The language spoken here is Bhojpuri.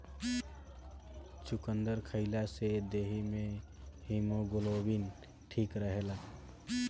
चुकंदर खइला से देहि में हिमोग्लोबिन ठीक रहेला